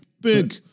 big